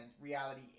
reality